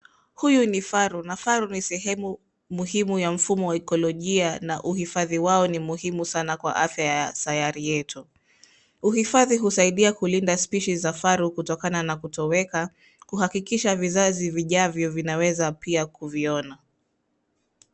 Huyu ni faru, na faru ni sehemu muhimu ya mfumo wa ekolojia na uhifadhi wao ni muhimu sana kwa afya ya sayari yetu. Uhifadhi husaidia kulinda species za faru kutokana na kutoweka, kuhakikisha vizazi vijavyo vinaweza pia kuviona.